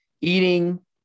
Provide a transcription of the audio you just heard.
Eating